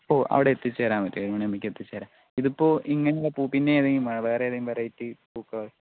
ഓ അവിടെ എത്തിച്ച് തരാൻ പറ്റും ഏഴ് മണി ആവുമ്പോത്തിന് എത്തിച്ചു തരാം ഇതിപ്പോൾ ഇങ്ങനെയുള്ള പൂ വേറെ ഏതെങ്കിലും വെറൈറ്റി പൂക്കൾ